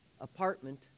apartment